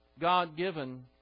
God-given